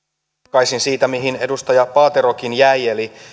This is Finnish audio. jatkaisin siitä mihin edustaja paaterokin jäi eli